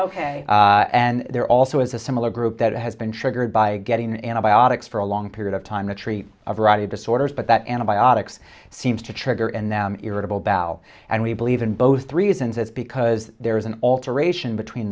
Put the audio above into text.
ok and there also is a similar group that has been triggered by getting antibiotics for a long period of time to treat a variety of disorders but that antibiotics seems to trigger and irritable bowel and we believe in both reasons it's because there is an alteration between